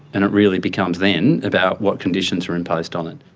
and it really becomes then about what conditions are imposed on it.